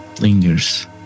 lingers